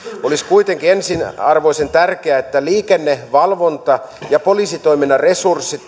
olisi kuitenkin ensiarvoisen tärkeää että liikennevalvonta ja poliisitoiminnan resurssit